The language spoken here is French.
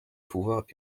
pouvoirs